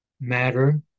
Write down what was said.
matter